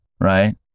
Right